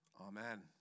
Amen